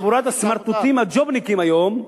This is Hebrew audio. חבורת הסמרטוטים הג'ובניקים היום,